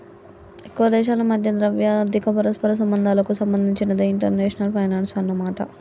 ఎక్కువ దేశాల మధ్య ద్రవ్య ఆర్థిక పరస్పర సంబంధాలకు సంబంధించినదే ఇంటర్నేషనల్ ఫైనాన్సు అన్నమాట